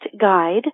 guide